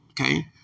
Okay